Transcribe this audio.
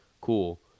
cool